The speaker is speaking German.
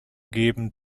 geben